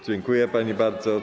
Dziękuję pani bardzo.